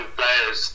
players